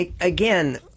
again